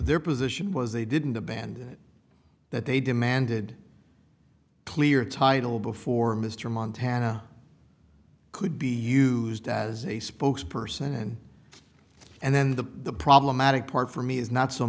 their position was they didn't abandon it that they demanded clear title before mr montana could be used as a spokesperson and then the problematic part for me is not so